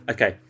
Okay